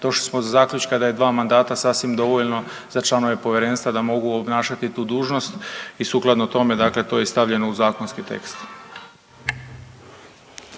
došli smo do zaključka da je dva mandata sasvim dovoljno za članove povjerenstva da mogu obnašati tu dužnost i sukladno tome, dakle to je i stavljeno u zakonski tekst.